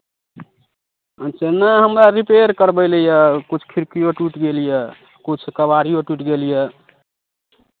अच्छा नहि हमरा रिपेयर करबै लए यए किछु खिड़कीओ टूटि गेल यए किछु केबाड़िओ टूटि गेल यए